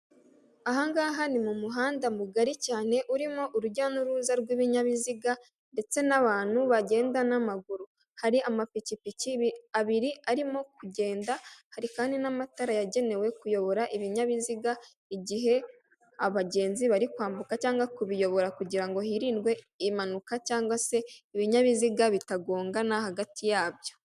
Ahangaha ni mu muhanda mugari cyane, urimo urujya n'uruza rw'ibinyabiziga ndetse n'abantu bagenda n'amaguru. Hari amapikipiki abiri arimo kugenda, hari kandi n'amatara yagenewe kuyobora ibinyabiziga igihe abagenzi bari kwambuka, cyangwa kubiyobora kugira ngo hirindwe impanuka, cyangwa se ibinyabiziga bitagongana hagati yabyo.